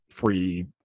free